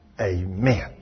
Amen